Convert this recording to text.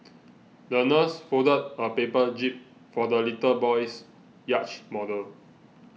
the nurse folded a paper jib for the little boy's yacht model